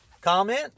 comment